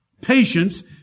patience